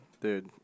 Dude